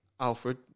Alfred